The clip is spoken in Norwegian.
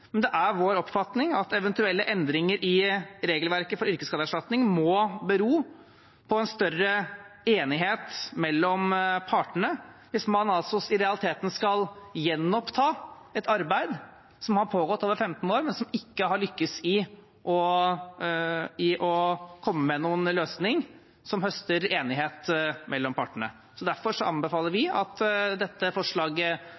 men det er vår oppfatning at eventuelle endringer i regelverket for yrkesskadeerstatning må bero på en større enighet mellom partene, hvis man i realiteten skal gjenoppta et arbeid som har pågått over 15 år, men hvor man ikke har lyktes i å komme med noen løsning som høster enighet mellom partene. Derfor anbefaler